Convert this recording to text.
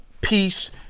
peace